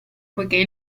poiché